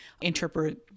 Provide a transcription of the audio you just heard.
interpret